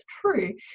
true